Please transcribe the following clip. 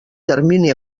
termini